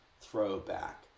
throwback